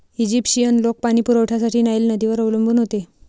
Egyptian लोक पाणी पुरवठ्यासाठी नाईल नदीवर अवलंबून होते